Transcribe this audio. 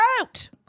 out